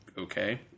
okay